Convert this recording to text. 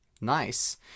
Nice